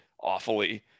awfully